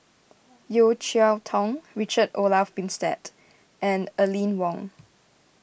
Yeo Cheow Tong Richard Olaf Winstedt and Aline Wong